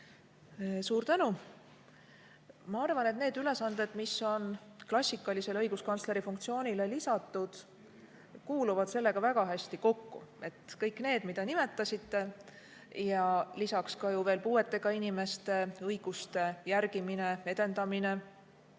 Suur tänu! Ma arvan, et need ülesanded, mis on klassikalisele õiguskantsleri funktsioonile lisatud, kuuluvad sellega väga hästi kokku. Kõik need, mida nimetasite, lisaks puuetega inimeste õiguste järgimine, edendamine.